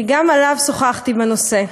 כי גם אתו שוחחתי בנושא.